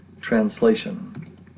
translation